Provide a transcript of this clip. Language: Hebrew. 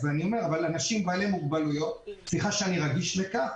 אבל סליחה שאני רגיש לכך